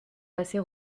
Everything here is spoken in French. passer